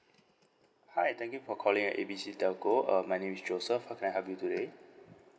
hi thank you for calling A B C telco uh my name is joseph how can I help you today